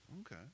Okay